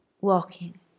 Walking